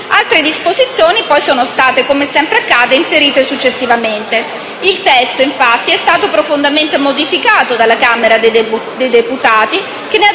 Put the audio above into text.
Altre disposizioni, come sempre accade, sono state inserite successivamente. Il testo, infatti, è stato profondamente modificato dalla Camera dei deputati, che ne ha